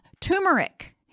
Turmeric